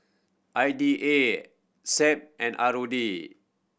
I D A SEAB and R O D